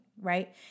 right